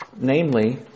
Namely